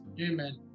Amen